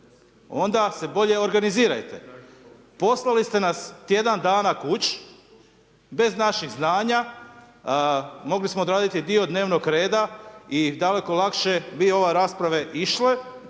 onda se bolje organizirajte. Poslali ste nas tjedan dana kući bez našeg znanja. Mogli smo odraditi dio dnevnog reda i daleko lakše bi ove rasprave išle.